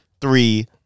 three